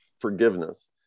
forgiveness